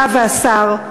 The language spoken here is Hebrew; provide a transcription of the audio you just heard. אתה והשר,